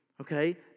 Okay